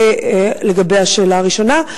זה לגבי השאלה הראשונה.